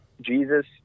Jesus